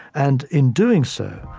and, in doing so,